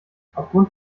aufgrund